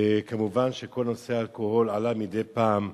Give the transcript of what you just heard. וכמובן שכל נושא האלכוהול עלה מדי פעם.